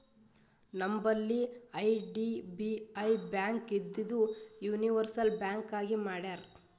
ನಂಬಲ್ಲಿ IDBI bank ಇದ್ದಿದು universal bank ಆಗಿ ಮಾಡ್ಯಾರ್